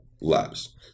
labs